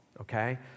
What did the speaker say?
okay